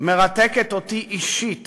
מרתקת אותי אישית